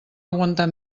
aguantar